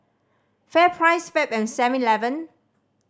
FairPrice Fab and Seven Eleven